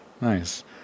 Nice